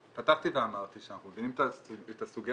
פתחתי ואמרתי שאנחנו מבינים את הסוגיה